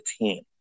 team